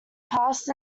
passed